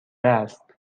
است